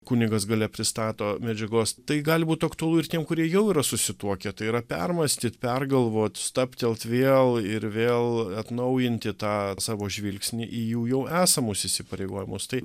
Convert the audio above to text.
kunigas gale pristato medžiagos tai gali būt aktualu ir tiem kurie jau yra susituokę tai yra permąstyt pergalvot stabtelt vėl ir vėl atnaujinti tą savo žvilgsnį į jų jau esamus įsipareigojimus tai